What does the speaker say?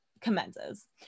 commences